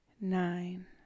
nine